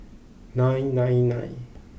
nine nine nine